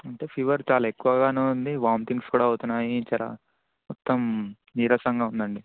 అంటే ఫీవర్ చాలా ఎక్కువగానే ఉంది వామిటింగ్స్ కూడా అవుతున్నాయి జరా మొత్తం నీరసంగా ఉందండి